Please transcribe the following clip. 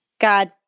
God